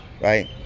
Right